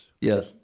Yes